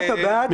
תודה רבה.